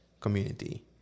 community